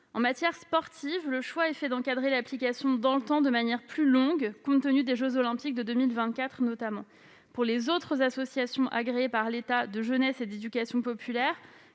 En matière sportive, le choix est fait d'encadrer l'application dans le temps de manière plus longue, compte tenu des jeux Olympiques de 2024, notamment. Pour les autres associations agréées par l'État de jeunesse et d'éducation populaire,